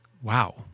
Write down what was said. Wow